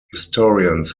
historians